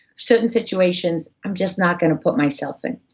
certain situations, i'm just not gonna put myself in.